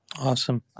Awesome